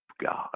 God